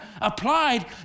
applied